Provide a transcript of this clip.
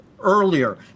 earlier